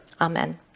Amen